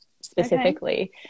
specifically